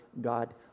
God